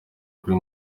kuri